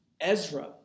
Ezra